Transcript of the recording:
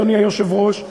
אדוני היושב-ראש,